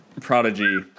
prodigy